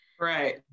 Right